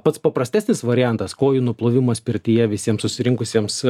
pats paprastesnis variantas kojų nuplovimas pirtyje visiem susirinkusiems